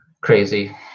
crazy